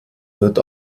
wird